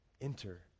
Enter